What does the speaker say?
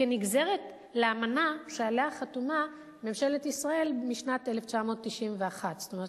כנגזרת לאמנה שעליה חתומה ממשלת ישראל משנת 1991. כלומר,